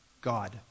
God